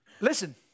Listen